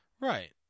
Right